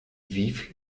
vif